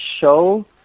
show